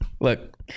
Look